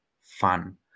fun